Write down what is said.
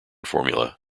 formula